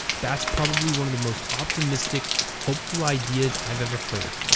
that's probably one of the most optimistic, hopeful ideas i've ever heard,